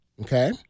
Okay